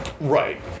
Right